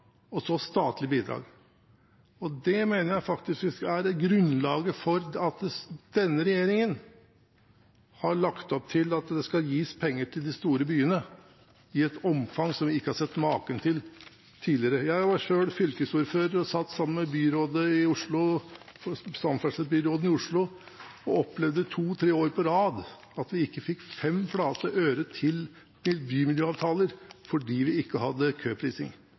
og statlige bidrag. Det mener jeg er grunnlaget for at denne regjeringen har lagt opp til at det skal gis penger til de store byene – i et omfang som vi ikke har sett maken til tidligere. Jeg var selv fylkesordfører og satt sammen med samferdselsbyråden i Oslo og opplevde to–tre år på rad at vi ikke fikk 5 flate øre til bymiljøavtaler, fordi vi ikke hadde køprising.